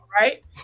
right